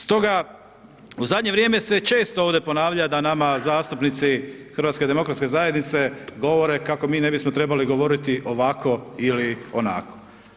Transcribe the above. Stoga u zadnje vrijeme se često ovdje ponavlja da nama zastupnici HDZ-a govore kako mi ne bismo trebali govoriti ovako ili onako.